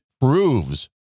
proves